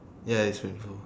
ya is painful